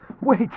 Wait